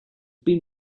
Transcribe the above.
been